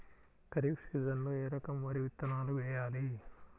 ఖరీఫ్ సీజన్లో ఏ రకం వరి విత్తనాలు వేయాలి?